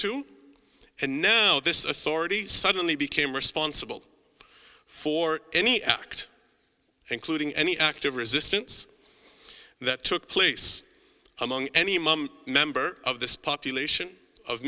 to and now this authority suddenly became responsible for any act including any act of resistance that took place among any member of this population of